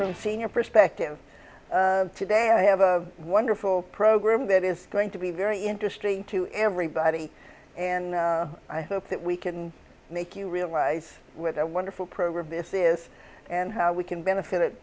from seeing your perspective today i have a wonderful program that is going to be very industry to everybody and i hope that we can make you realize what a wonderful program this is and how we can benefit